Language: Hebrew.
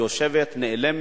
יושבת, נעלמת.